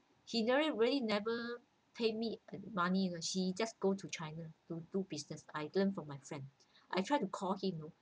he never really never paid me money he just go to china to do business I heard from my friend I tried to call him you know